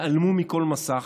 ייעלמו מכל מסך?